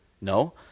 No